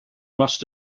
must